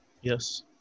Yes